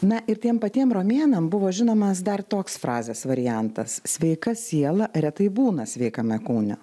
na ir tiem patiem romėnam buvo žinomas dar toks frazės variantas sveika siela retai būna sveikame kūne